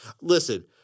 Listen